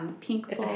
pink